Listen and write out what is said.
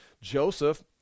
joseph